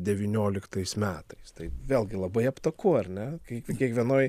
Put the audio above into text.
devynioliktais metais tai vėlgi labai aptaku ar ne kai kiekvienoj